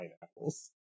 pineapples